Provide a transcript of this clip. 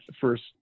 first